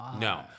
No